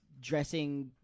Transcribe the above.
dressing